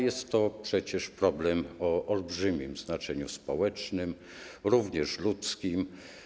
Jest to przecież problem o olbrzymim znaczeniu społecznym, również ludzkim.